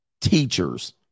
Teachers